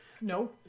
No